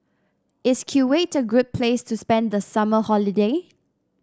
is Kuwait a great place to spend the summer holiday